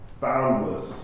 boundless